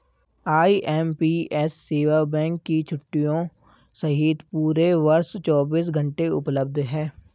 IMPS सेवा bank की छुट्टियों सहित पूरे वर्ष चौबीस घंटे उपलब्ध है